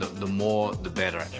the more, the better. yeah,